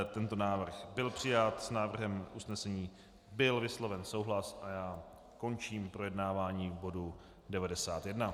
Tento návrh byl přijat, s návrhem usnesení byl vysloven souhlas a já končím projednávání bodu 91.